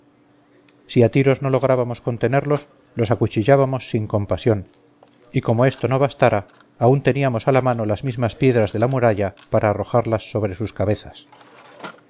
si a tiros no lográbamos contenerlos los acuchillábamos sin compasión y como esto no bastara aún teníamos a la mano las mismas piedras de la muralla para arrojarlas sobre sus cabezas